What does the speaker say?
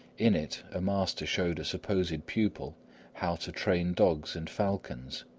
in it, a master showed a supposed pupil how to train dogs and falcons,